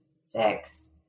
six